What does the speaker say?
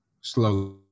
slowly